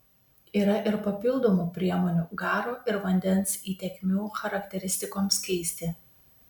yra ir papildomų priemonių garo ir vandens įtekmių charakteristikoms keisti